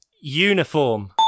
Uniform